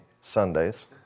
Sundays